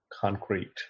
concrete